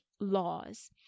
laws